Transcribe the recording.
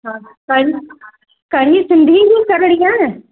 हा कर कढ़ी सिंधी जी करिणी आहे